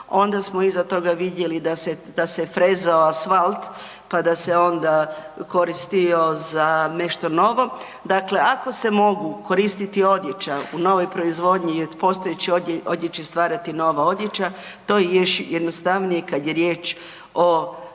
onda smo iza toga vidjeli da se, da se frezao asfalt, pa da se onda koristio za nešto novo. Dakle, ako se mogu koristiti odjeća u novoj proizvodnji i od postojeće odjeće stvarati nova odjeća, to je još jednostavnije kad je riječ o toj